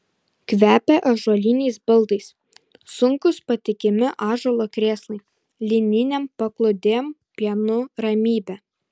kvepia ąžuoliniais baldais sunkūs patikimi ąžuolo krėslai lininėm paklodėm pienu ramybe